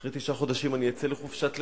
אחרי תשעה חודשים אני אצא לחופשת לידה,